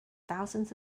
thousands